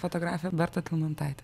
fotografė berta tilmantaitė